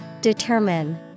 Determine